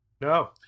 No